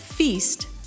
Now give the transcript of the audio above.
Feast